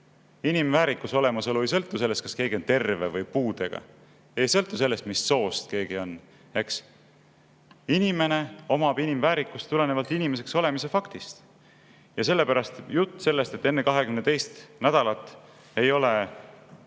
Inimväärikuse olemasolu ei sõltu sellest, kas keegi on terve või puudega, ei sõltu sellest, mis soost keegi on. Eks? Inimene omab inimväärikust tulenevalt inimeseks olemise faktist. Sellepärast on jutt sellest, et enne 22. nädalat ei ole